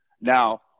Now